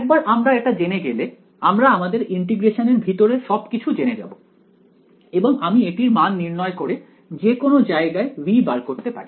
একবার আমরা এটা জেনে গেলে আমরা আমাদের ইন্টিগ্রেশন এর ভিতর সবকিছু জেনে যাব এবং আমি এটির মান নির্ণয় করে যে কোনো জায়গায় V বার করতে পারি